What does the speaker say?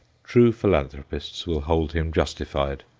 true philanthropists will hold him justified.